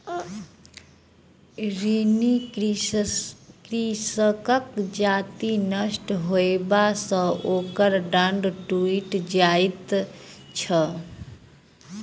ऋणी कृषकक जजति नष्ट होयबा सॅ ओकर डाँड़ टुइट जाइत छै